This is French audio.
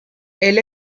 elle